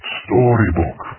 storybook